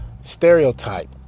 stereotype